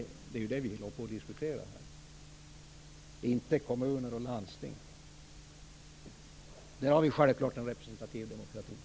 Det är det vi diskuterar här - inte kommuner och landsting. Där har vi självklart en representativ demokrati.